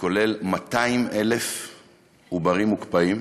שבו 200,000 עוברים מוקפאים.